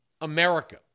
America